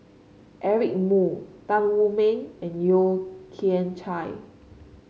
Eric Moo Tan Wu Meng and Yeo Kian Chai